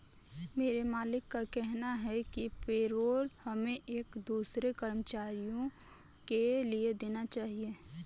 मेरे मालिक का कहना है कि पेरोल हमें एक दूसरे कर्मचारियों के लिए देना चाहिए